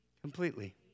Completely